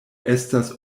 estas